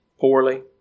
poorly